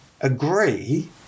agree